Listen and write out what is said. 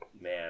Man